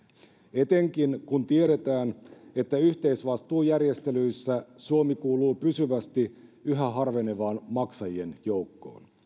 etenkin kun tiedetään että yhteisvastuujärjestelyissä suomi kuuluu pysyvästi yhä harvenevaan maksajien joukkoon